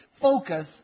focus